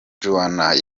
joan